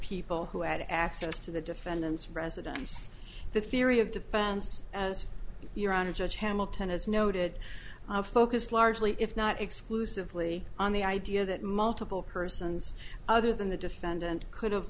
people who had access to the defendant's residence the theory of defense as your honor judge hamilton has noted focused largely if not exclusively on the idea that multiple persons other than the defendant could have